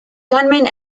gunman